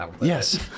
Yes